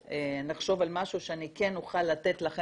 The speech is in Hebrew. לחשוב על משהו שאני כן אוכל לתת לכם